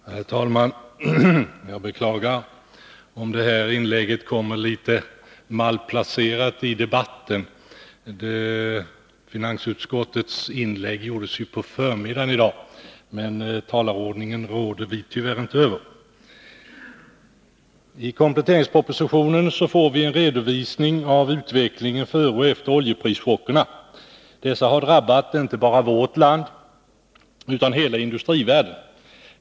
Herr talman! Jag beklagar om mitt inlägg blir något malplacerat i debatten. Ledamöterna i finansutskottet hade ju sina inlägg på förmiddagen i dag, men talarordningen råder vi tyvärr inte över. I kompletteringspropositionen får vi en redovisning av utvecklingen före och efter oljeprischockerna. Dessa har drabbat inte bara vårt land, utan hela industrivärlden.